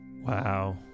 wow